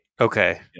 Okay